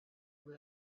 who